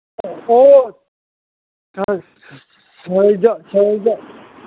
ꯑꯣ ꯑꯁ ꯁꯥꯏꯗ ꯁꯥꯏꯗ